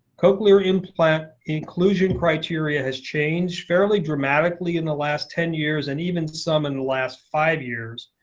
cochlear implant inclusion criteria has changed fairly dramatically in the last ten years, and even some in the last five years.